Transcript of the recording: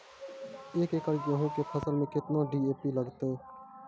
एक एकरऽ गेहूँ के फसल मे केतना डी.ए.पी लगतै?